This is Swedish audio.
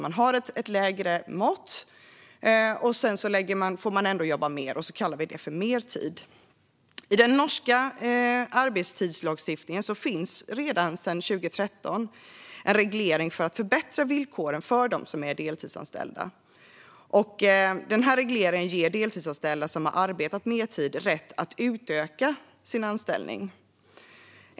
Man har alltså ett lägre mått, sedan får man ändå jobba mer och så kallar vi det för "mertid". I den norska arbetstidslagstiftningen finns redan sedan 2013 en reglering för att förbättra villkoren för dem som är deltidsanställda. Regleringen ger deltidsanställda som har arbetat mertid rätt att utöka sin anställning.